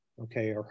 okay